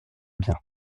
bien